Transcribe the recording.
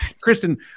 Kristen